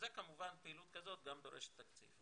ופעילות כזאת גם דורשת תקציב.